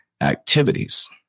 activities